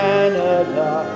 Canada